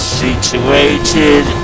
situated